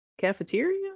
cafeteria